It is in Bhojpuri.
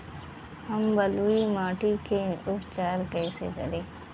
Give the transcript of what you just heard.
हम बलुइ माटी के उपचार कईसे करि?